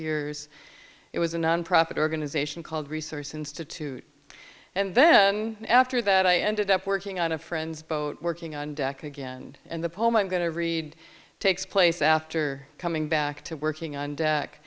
years it was a nonprofit organization called resource institute and then after that i ended up working on a friend's boat working on deck again and the poem i'm going to read takes place after coming back to working on